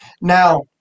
now